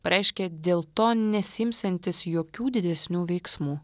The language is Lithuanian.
pareiškė dėl to nesiimsiantis jokių didesnių veiksmų